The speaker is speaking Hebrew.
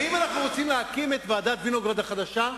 האם אנחנו רוצים להקים את ועדת-וינוגרד החדשה?